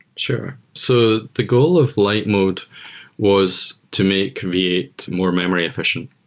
sure. so the goal of lite mode was to make v eight more memory-effi cient.